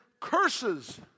curses